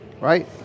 Right